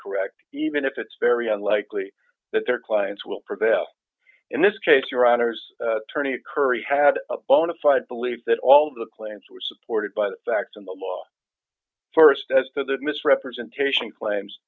correct even if it's very unlikely that their clients will prevail in this case your honour's attorney curry had a bona fide belief that all of the claims were supported by the facts and the law st as to the misrepresentation claims